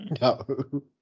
No